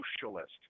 socialist